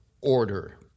order